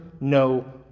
no